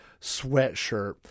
sweatshirt